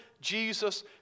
Jesus